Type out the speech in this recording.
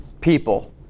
people